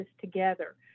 together